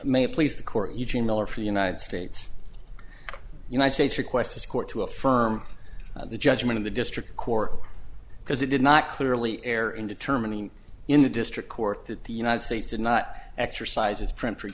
it please the court eugene miller for united states united states request this court to affirm the judgment of the district court because it did not clearly err in determining in the district court that the united states did not exercise its print f